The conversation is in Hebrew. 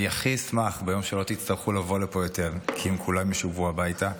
אני הכי אשמח ביום שלא תצטרכו לבוא לפה יותר כי הם כולם ישובו הביתה,